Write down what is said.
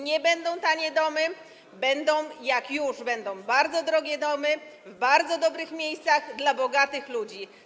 Nie będą to tanie domy - jeśli już, będą bardzo drogie domy, w bardzo dobrych miejscach, dla bogatych ludzi.